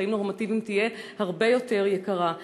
לחיים נורמטיביים תהיה הרבה יותר יקרה.